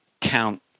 count